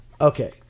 Okay